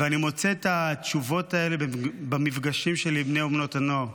ואני מוצא את התשובות האלה במפגשים שלי עם בני ובנות הנוער.